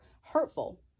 hurtful